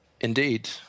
Indeed